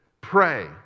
pray